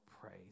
praise